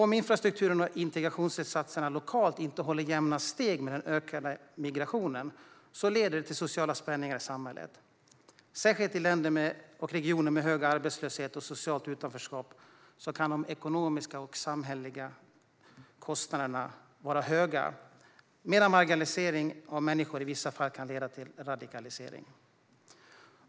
Om infrastrukturen och integrationsinsatserna lokalt inte håller jämna steg med den ökande migrationen leder det till sociala spänningar i samhället. Särskilt i länder och regioner med hög arbetslöshet och socialt utanförskap kan de ekonomiska och samhälleliga kostnaderna vara höga, medan marginalisering av människor i vissa fall kan leda till radikalisering.